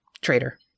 Traitor